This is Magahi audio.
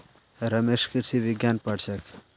रमेश कृषि विज्ञान पढ़ छेक